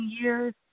years